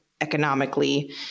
economically